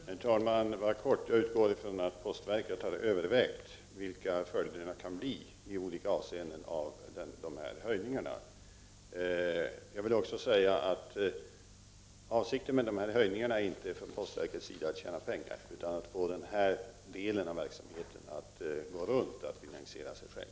Herr talman! Jag vill i korthet säga att jag utgår från att postverket har övervägt vilka följder det i olika avseenden kan bli av dessa höjningar. Avsikten med dessa höjningar är inte att från postverkets sida tjäna pengar, utan det är att få verksamheten att gå runt, dvs. att finansiera sig själv.